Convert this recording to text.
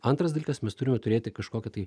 antras dalykas mes turime turėti kažkokią tai